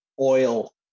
oil